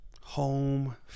home